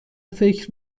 فکر